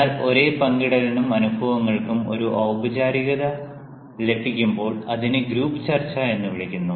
എന്നാൽ ഒരേ പങ്കിടലിനും അനുഭവങ്ങൾക്കും ഒരു ഔപചാരികത ലഭിക്കുമ്പോൾ അതിനെ ഗ്രൂപ്പ് ചർച്ച എന്ന് വിളിക്കുന്നു